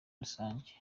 rusange